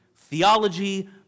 Theology